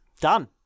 Done